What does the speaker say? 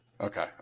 Okay